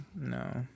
No